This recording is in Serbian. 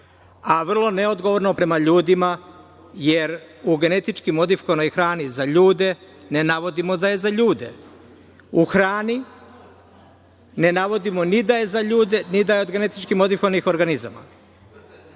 a vrlo neodgovorno prema ljudima, jer u genetički modifikovanoj hrani za ljude ne navodimo da je za ljude.U hrani ne navodimo ni da je za ljude ni da je od GMO. U buduće u novom